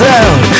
out